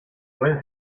pueden